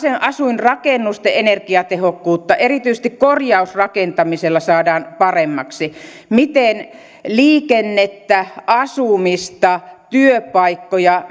asuinrakennusten energiatehokkuutta erityisesti korjausrakentamisella saadaan paremmaksi miten liikennettä asumista työpaikkoja